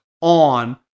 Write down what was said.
on